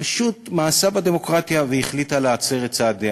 פשוט מאסה בדמוקרטיה והחליטה להצר את צעדיה.